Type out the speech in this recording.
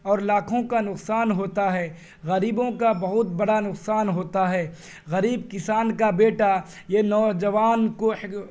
اور لاکھوں کا نقصان ہوتا ہے غریبوں کا بہت بڑا نقصان ہوتا ہے غریب کسان کا بیٹا یہ نوجوان کو